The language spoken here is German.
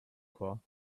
chor